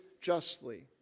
justly